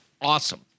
awesome